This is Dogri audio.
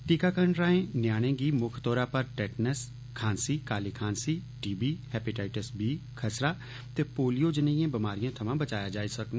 टीकाकरण राएं ञयाणें गी मुक्ख तौरा पर टेटनस खांसी काली खांसी टी वी हैपिटैटस बी खसरा ते पोलियो जनेईयें बमारियें थमां बचाया जाई सकोग